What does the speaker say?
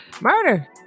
murder